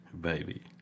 baby